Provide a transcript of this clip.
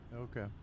Okay